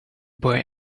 boy